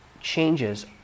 changes